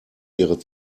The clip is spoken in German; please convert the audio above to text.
ihre